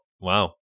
Wow